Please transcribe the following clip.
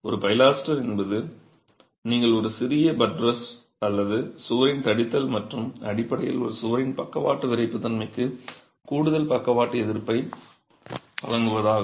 ஒரு பைலாஸ்டர் என்பது நீங்கள் ஒரு சிறிய பட்ரஸ் போன்ற சுவரின் தடித்தல் மற்றும் அடிப்படையில் ஒரு சுவரின் பக்கவாட்டு விறைப்புத்தன்மைக்கு கூடுதல் பக்கவாட்டு எதிர்ப்பை வழங்குவதாகும்